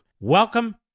Welcome